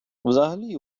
взагалі